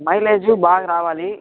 mileage బాగా రావాలి